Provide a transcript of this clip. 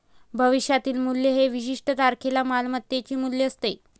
भविष्यातील मूल्य हे विशिष्ट तारखेला मालमत्तेचे मूल्य असते